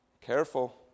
Careful